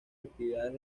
actividades